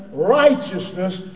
righteousness